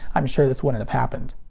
i'm sure this wouldn't have happened.